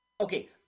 Okay